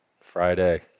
Friday